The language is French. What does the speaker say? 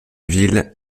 ville